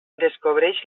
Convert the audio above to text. descobreix